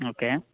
okay